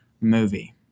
movie